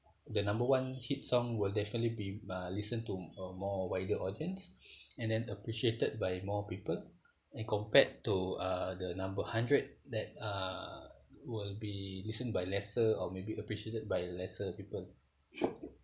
the number one hit song will definitely be uh listened to a more wider audience and then appreciated by more people then compared to uh the number hundred that uh will be listen by lesser or maybe appreciated by lesser people